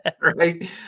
Right